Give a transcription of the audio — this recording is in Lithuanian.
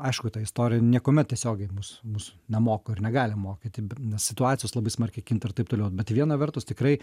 aišku ta istorija niekuomet tiesiogiai mus mus nemoko ir negali mokyti nes situacijos labai smarkiai kinta ir taip toliau bet viena vertus tikrai